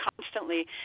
constantly